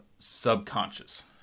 subconscious